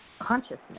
consciousness